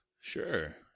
Sure